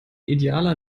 idealer